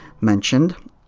mentioned